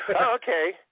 Okay